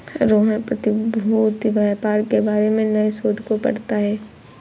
रोहन प्रतिभूति व्यापार के बारे में नए शोध को पढ़ता है